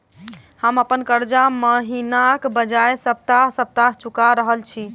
हम अप्पन कर्जा महिनाक बजाय सप्ताह सप्ताह चुका रहल छि